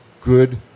good